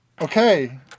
Okay